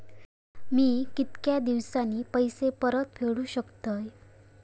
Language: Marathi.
मी कीतक्या दिवसांनी पैसे परत फेडुक शकतय?